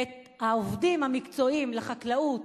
ואת העובדים המקצועיים לחקלאות,